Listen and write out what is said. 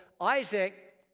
Isaac